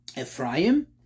Ephraim